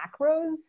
macros